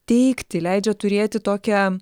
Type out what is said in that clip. teigti leidžia turėti tokią